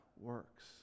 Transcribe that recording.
works